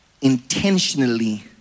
intentionally